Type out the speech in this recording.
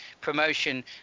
promotion